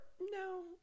No